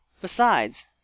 Besides